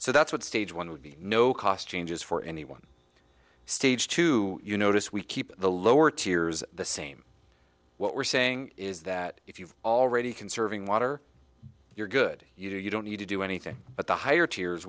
so that's what stage one would be no cost changes for any one stage two you notice we keep the lower tiers the same what we're saying is that if you've already conserving water you're good you don't need to do anything at the higher t